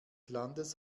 landes